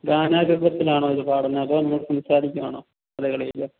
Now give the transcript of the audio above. ഗാനാരൂപത്തിലാണോ ഇത് പാടുന്നത് അതോ നിങ്ങള് സംസാരിക്കുകയാണോ കഥകളിയില്